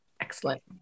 Excellent